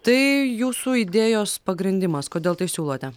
tai jūsų idėjos pagrindimas kodėl tai siūlote